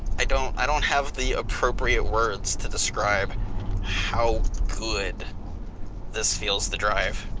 i don't i don't have the appropriate words to describe how good this feels to drive.